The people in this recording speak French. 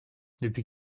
depuis